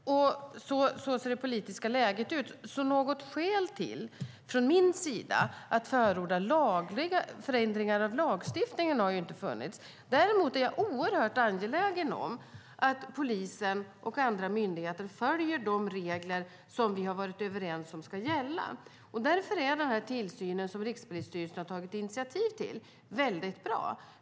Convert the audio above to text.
Så ser det politiska läget ut. Något skäl för mig att förorda förändringar av lagstiftningen har därför inte funnits. Däremot är jag oerhört angelägen om att polisen och andra myndigheter följer de regler som vi har varit överens om ska gälla. Därför är tillsynen som Rikspolisstyrelsen har tagit initiativ till väldigt bra.